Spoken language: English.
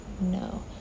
no